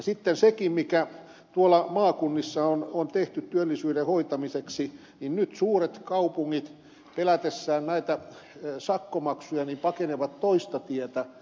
sitten sekin mikä tuolla maakunnissa on tehty työllisyyden hoitamiseksi niin nyt suuret kaupungit pelätessään näitä sakkomaksuja pakenevat toista tietä